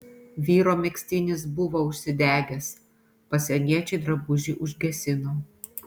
vyro megztinis buvo užsidegęs pasieniečiai drabužį užgesino